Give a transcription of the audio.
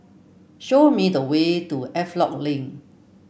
show me the way to Havelock Link